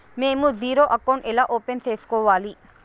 మేము zero account ఎలా open సేసుకోవాలి